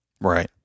right